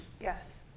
Yes